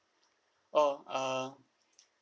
oh err